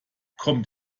kommt